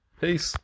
Peace